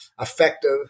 effective